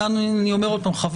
אני אומר עוד פעם,